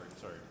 sorry